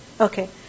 Okay